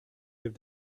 give